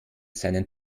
seinen